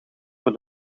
voor